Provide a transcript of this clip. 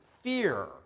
fear